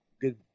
Good